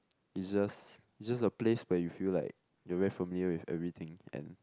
it's just it's just a place but you feel like you're very familiar with everything and